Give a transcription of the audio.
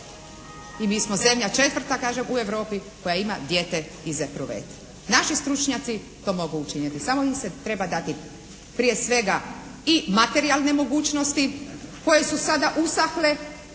i mi smo zemlja 4. kažem u Europi koji ima dijete iz epruvete. Naši stručnjaci to mogu učiniti, samo im se treba dati prije svega i materijalne mogućnosti koje su sada usahle